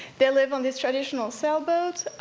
they live on these traditional sailboats,